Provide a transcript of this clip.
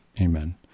Amen